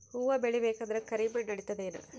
ಹುವ ಬೇಳಿ ಬೇಕಂದ್ರ ಕರಿಮಣ್ ನಡಿತದೇನು?